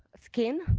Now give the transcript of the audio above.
skin,